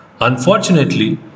Unfortunately